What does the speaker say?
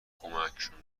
کمکشون